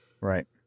Right